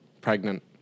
pregnant